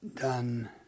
done